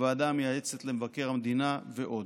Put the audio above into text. הוועדה המייעצת למבקר המדינה ועוד.